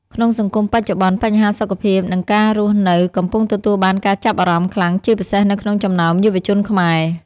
ក្នុងសង្គមបច្ចុប្បន្ន បញ្ហាសុខភាព និងការរស់នៅកំពុងទទួលបានការចាប់អារម្មណ៍ខ្លាំង ជាពិសេសនៅក្នុងចំណោមយុវជនខ្មែរ។